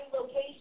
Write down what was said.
location